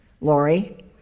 Lori